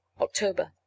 October